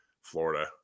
Florida